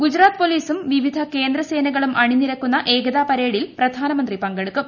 ഗുജറാത്ത് പൊലീസും വിവിധ കേന്ദ്രസേനകളും അണിനിരക്കുന്ന ഏകതാ പരേഡിൽ പ്രധാനമന്ത്രി പങ്കെടുക്കും